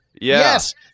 Yes